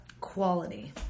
quality